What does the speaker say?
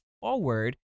forward